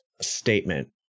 statement